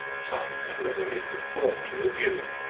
some can readily conform to the new.